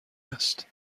است